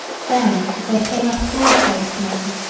then there came up a broad-faced man,